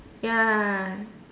ya